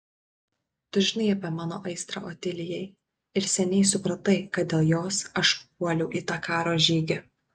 tu žinai apie mano aistrą otilijai ir seniai supratai kad dėl jos aš puoliau į tą karo žygį